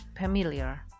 familiar